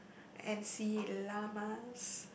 and see llamas